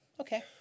okay